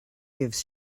gives